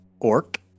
orc